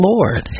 Lord